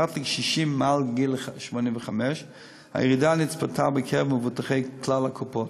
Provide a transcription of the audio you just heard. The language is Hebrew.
פרט לקשישים מעל גיל 85. הירידה נצפתה בקרב מבוטחי כלל הקופות.